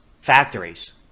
factories